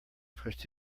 pushed